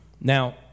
Now